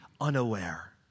unaware